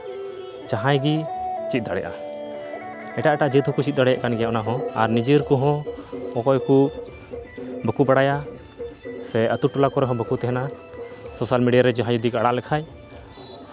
ᱡᱟᱦᱟᱸᱭ ᱜᱮ ᱪᱮᱫ ᱫᱟᱲᱮᱭᱟᱜᱼᱟ ᱮᱴᱟᱜ ᱮᱴᱟᱜ ᱡᱟᱹᱛ ᱦᱚᱸᱠᱚ ᱪᱮᱫ ᱫᱟᱲᱮᱭᱟᱜ ᱠᱟᱱ ᱜᱮᱭᱟ ᱚᱱᱟᱦᱚᱸ ᱟᱨ ᱱᱤᱡᱮ ᱠᱚᱦᱚᱸ ᱚᱠᱚᱭ ᱠᱚ ᱵᱟᱹᱠᱩ ᱵᱟᱲᱟᱭᱟ ᱥᱮ ᱟᱛᱳ ᱴᱚᱞᱟ ᱠᱚᱨᱮ ᱦᱚᱸ ᱵᱟᱠᱚ ᱛᱟᱦᱮᱱᱟ ᱥᱳᱥᱟᱞ ᱢᱤᱰᱤᱭᱟᱨᱮ ᱡᱟᱦᱟᱸᱭ ᱡᱩᱫᱤ ᱠᱚ ᱟᱲᱟᱜ ᱞᱮᱠᱷᱟᱡ